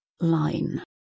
line